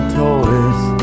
toys